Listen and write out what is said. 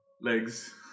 legs